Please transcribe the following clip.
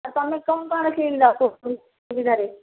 ଆଉ ତୁମେ କ'ଣ କ'ଣ କିଣିଲ ସୁବିଧାରେ